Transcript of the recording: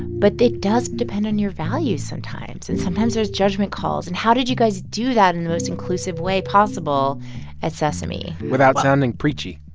but it does depend on your values sometimes. and sometimes, there's judgment calls. and how did you guys do that in the most inclusive way possible at sesame? without sounding preachy